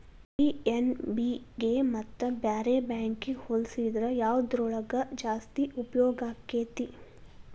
PNB ಗೆ ಮತ್ತ ಬ್ಯಾರೆ ಬ್ಯಾಂಕಿಗ್ ಹೊಲ್ಸಿದ್ರ ಯವ್ದ್ರೊಳಗ್ ಜಾಸ್ತಿ ಉಪ್ಯೊಗಾಕ್ಕೇತಿ?